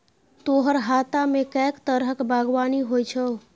तोहर हातामे कैक तरहक बागवानी होए छौ